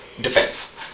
defense